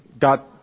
got